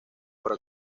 para